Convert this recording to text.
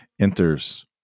enters